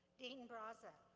dean braza,